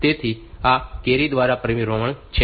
તેથી આ કેરી દ્વારા પરિભ્રમણ છે